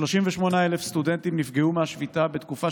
כ-38,000 סטודנטים נפגעו מהשביתה בתקופה